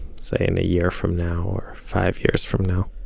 say in a year from now, or five years from now?